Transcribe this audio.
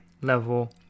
level